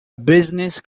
business